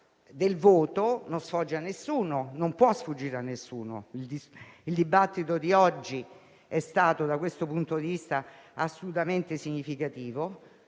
del voto non può sfuggire a nessuno. Il dibattito di oggi è stato, da questo punto di vista, assolutamente significativo